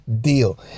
deal